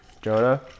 Jonah